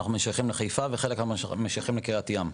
אנחנו משייכים לחיפה וחלק משייכים לקריית ים,